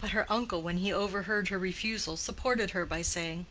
but her uncle when he overheard her refusal, supported her by saying,